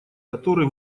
который